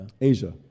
Asia